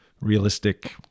realistic